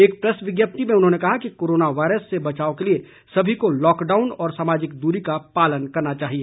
एक प्रेस विज्ञप्ति में उन्होंने कहा कि कोरोना वायरस से बचाव के लिए सभी को लॉकडाउन और समाजिक दूरी का पालन करना चाहिए